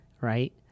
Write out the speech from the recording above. right